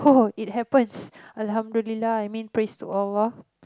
oh it happens I mean praise to